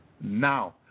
now